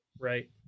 Right